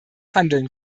handeln